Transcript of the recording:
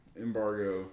embargo